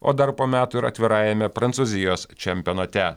o dar po metų ir atvirajame prancūzijos čempionate